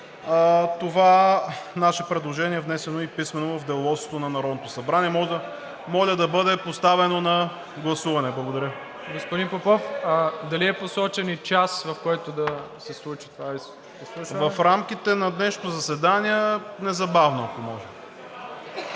Това наше предложение е внесено и писмено в Деловодството на Народното събрание. Моля да бъде поставено на гласуване. Благодаря. ПРЕДСЕДАТЕЛ МИРОСЛАВ ИВАНОВ: Господин Попов, дали е посочен и час, в който да се случи това изслушване? ФИЛИП ПОПОВ: В рамките на днешното заседание, незабавно, ако може.